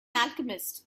alchemist